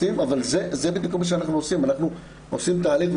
זה בדיוק כל מה שאנחנו עושים, אנחנו עושים תהליך.